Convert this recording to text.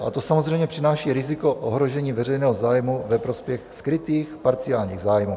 To samozřejmě přináší riziko ohrožení veřejného zájmu ve prospěch skrytých parciálních zájmů.